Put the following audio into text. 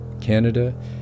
Canada